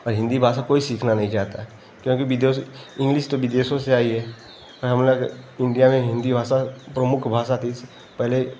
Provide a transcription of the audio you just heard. और हिन्दी भाषा कोई सीखना नहीं चाहता है क्योंकि विदेशों इंग्लिस तो विदेशों से आई है यहाँ हम लोग इंडिया में हिन्दी भाषा प्रमुख भाषा थी पहले